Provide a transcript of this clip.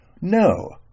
No